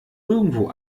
irgendwo